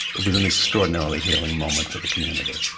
it was an extraordinarily healing moment for the community.